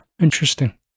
interesting